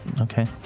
Okay